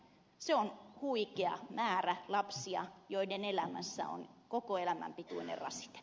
se on huikea määrä lapsia joiden elämässä on koko elämän pituinen rasite